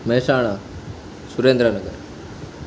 Mehsana Surendranagar